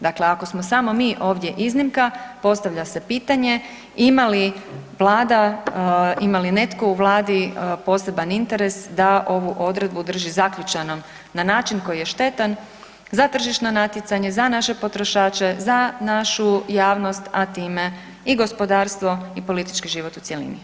Dakle, ako smo samo mi ovdje iznimka postavlja se pitanje ima li Vlada, ima li netko u Vladi poseban interes da ovu odredbu drži zaključanom na način koji je štetan za tržišno natjecanje, za naše potrošače, za našu javnost, a time i gospodarstvo i politički život u cjelini.